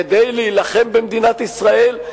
כדי להילחם במדינת ישראל,